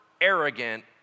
arrogant